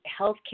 healthcare